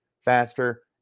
faster